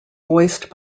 voiced